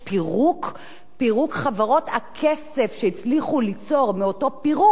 הכסף שהצליחו ליצור מאותו פירוק ילך קודם כול לבנקים,